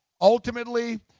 Ultimately